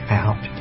out